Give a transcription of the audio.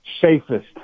safest